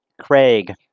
Craig